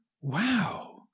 Wow